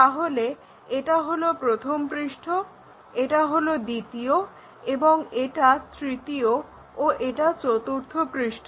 তাহলে এটা হলো প্রথম পৃষ্ঠ এটা হলো দ্বিতীয় এবং এটা তৃতীয় ও এটা চতুর্থ পৃষ্ঠ